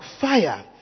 fire